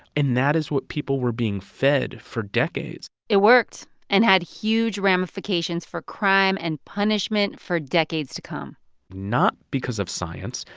and that is what people were being fed for decades it worked and had huge ramifications for crime and punishment for decades to come not because of science,